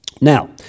Now